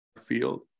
field